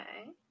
Okay